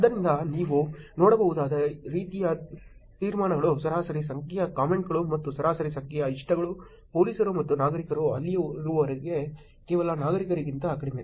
ಆದ್ದರಿಂದ ನೀವು ನೋಡಬಹುದಾದ ರೀತಿಯ ತೀರ್ಮಾನಗಳು ಸರಾಸರಿ ಸಂಖ್ಯೆಯ ಕಾಮೆಂಟ್ಗಳು ಮತ್ತು ಸರಾಸರಿ ಸಂಖ್ಯೆಯ ಇಷ್ಟಗಳು ಪೊಲೀಸರು ಮತ್ತು ನಾಗರಿಕರು ಅಲ್ಲಿರುವಾಗ ಕೇವಲ ನಾಗರಿಕರಿಗಿಂತ ಕಡಿಮೆ